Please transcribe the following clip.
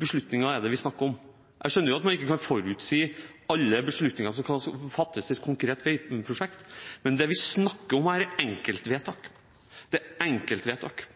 beslutninger vi snakker om. Jeg skjønner at man ikke kan forutsi alle beslutninger som kan fattes i et konkret veiprosjekt, men det vi snakker om her, er